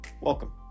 welcome